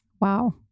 Wow